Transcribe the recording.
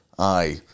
Aye